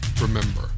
Remember